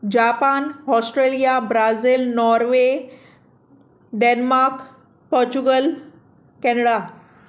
Japan Australia Brazil Norway Denmark Portugal Canada